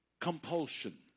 Compulsion